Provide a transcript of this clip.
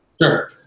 Sure